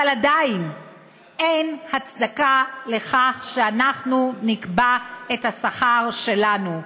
אבל עדיין אין הצדקה לכך שאנחנו נקבע את השכר שלנו.